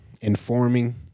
informing